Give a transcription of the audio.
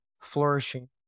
flourishing